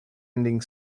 ending